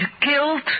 killed